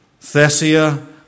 Thessia